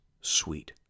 sweet